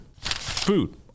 Food